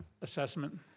assessment